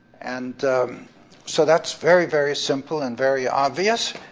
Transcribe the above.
and so that's very, very simple and very obvious,